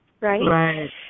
Right